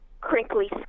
crinkly